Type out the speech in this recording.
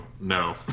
no